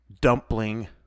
dumpling